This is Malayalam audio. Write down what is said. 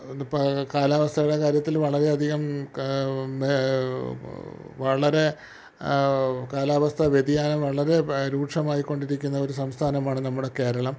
എന്താ കാലാവസ്ഥയുടെ കാര്യത്തിൽ വളരെയധികം വളരെ കാലാവസ്ഥ വ്യതിയാനം വളരെ രൂക്ഷമായിക്കൊണ്ടിരിക്കുന്ന ഒരു സംസ്ഥാനമാണ് നമ്മുടെ കേരളം